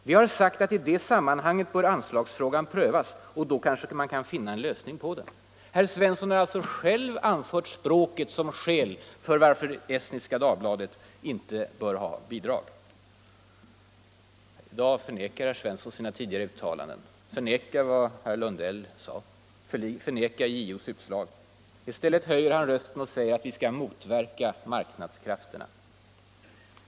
Vi har sagt att i det sammanhanget bör anslagsfrågan prövas, och då kanske man kan finna en lösning på detta.” Herr Svensson har alltså själv anfört språket som skäl till varför Estniska Dagbladet inte bör ha bidrag. I dag förnekar herr Svensson sina tidigare uttalanden, förnekar vad herr Lundell sade och förnekar JO:s utslag. I stället höjer han rösten och säger att vi skall motverka ”marknadskrafterna”.